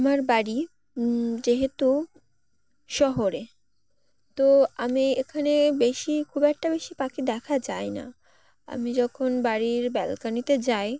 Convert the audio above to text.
আমার বাড়ি যেহেতু শহরে তো আমি এখানে বেশি খুব একটা বেশি পাখি দেখা যায় না আমি যখন বাড়ির ব্যালকানিতে যাই